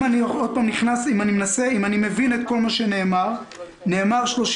אם אני מבין את כל מה שנאמר, נאמר 31